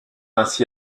ainsi